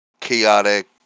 chaotic